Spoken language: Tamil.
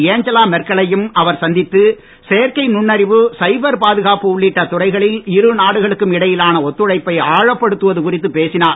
ஏஞ்சலா மெர்க்க லையும் அவர் சந்தித்து செயற்கை நுண்ணறிவு சைபர் பாதுகாப்பு உள்ளிட்ட இடையிலான துறைகளில் இருநாடுகளுக்கும் ஒத்துழைப்பை ஆழப்படுத்துவது குறித்துப் பேசினார்